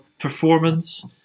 performance